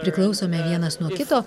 priklausome vienas nuo kito